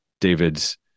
David's